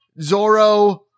Zorro